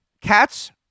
cats